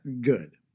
good